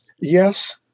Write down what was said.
yes